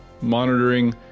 monitoring